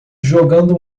jogando